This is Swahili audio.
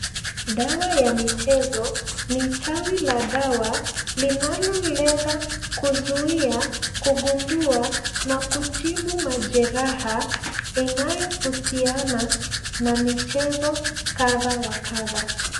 Dawa ya michezo. Ni tawi la dawa linalolenga kuzuia kugundua na kutibu majeraha inayohusiana na michezo kadha wa kadha.